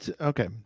Okay